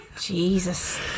Jesus